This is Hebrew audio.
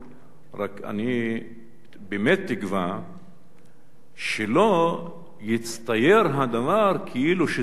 ואני רק באמת תקווה שלא יצטייר הדבר כאילו זו צביעות.